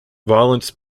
violence